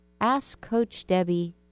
Askcoachdebbie